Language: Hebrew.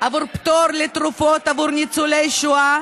עבור פטור בתרופות עבור ניצולי שואה